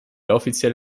offiziell